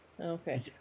Okay